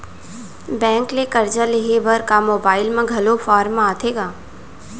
Bank ले करजा लेहे बर का मोबाइल म घलो फार्म आथे का?